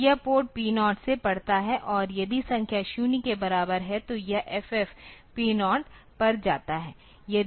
तो यह port P 0 से पढ़ता है और यदि संख्या 0 के बराबर है तो यह FF P 0 पर जाता है